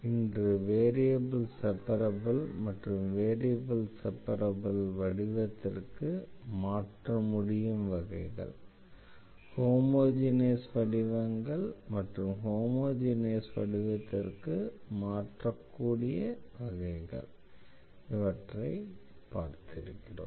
இன்று variable separable மற்றும் variable separable வடிவத்திற்கு மாற்ற முடியும் வகைகள் ஹோமோஜெனஸ் வடிவங்கள் மற்றும் ஹோமோஜெனஸ் வடிவத்திற்கு மாற்றக்கூடிய வகைகள் இவற்றை பார்த்திருக்கிறோம்